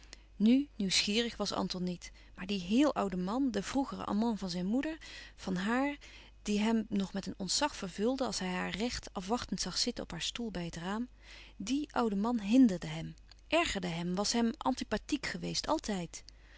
nu nieuwsgierig was anton niet maar die héel oude man de vroegere amant van zijn moeder van haar die hem nog met een ontzag vervulde als hij haar recht afwachtend zag zitten op haar stoel bij het raam die oude man hinderde hem ergerde hem was hem antipathiek geweest altijd